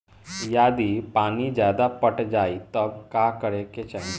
यदि पानी ज्यादा पट जायी तब का करे के चाही?